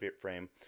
frame